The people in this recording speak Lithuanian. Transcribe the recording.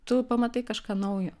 tu pamatai kažką naujo